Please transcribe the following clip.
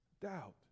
doubt